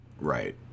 right